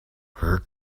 her